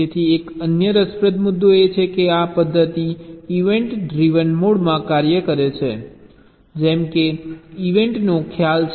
તેથી એક અન્ય રસપ્રદ મુદ્દો એ છે કે આ પદ્ધતિ ઇવેન્ટ ડ્રિવન મોડ માં કાર્ય કરે છે જેમ કે ઇવેન્ટનો ખ્યાલ છે